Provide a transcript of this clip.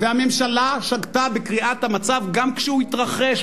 הממשלה שגתה בקריאת המצב גם כשהוא התרחש,